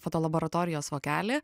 fotolaboratorijos vokelį